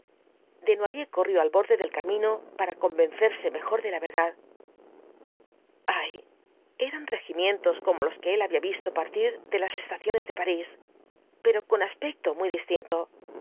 desnoyers corrió al borde del camino para convencerse mejor de la verdad ay eran regimientos como los que él había visto partir de las estaciones de parís pero con aspecto muy distinto